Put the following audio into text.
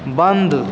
बन्द